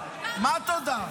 מה תודה?